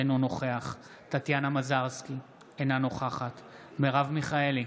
אינו נוכח טטיאנה מזרסקי, אינה נוכחת מרב מיכאלי,